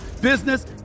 business